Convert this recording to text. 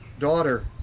daughter